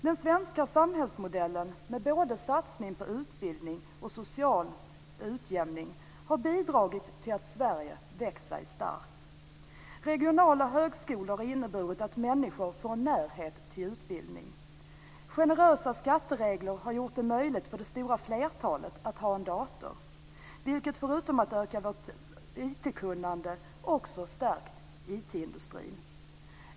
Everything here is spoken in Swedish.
Den svenska samhällsmodellen med satsning på både utbildning och social utjämning har bidragit till att Sverige har vuxit sig starkt. Regionala högskolor har inneburit att människor har fått en närhet till utbildning. Generösa skatteregler har gjort det möjligt för det stora flertalet att ha en dator, vilket förutom att det ökar IT-kunnandet också har stärkt IT-industrin.